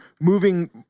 moving